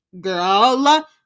Girl